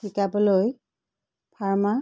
শিকাবলৈ ফাৰ্মাৰ